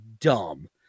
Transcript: dumb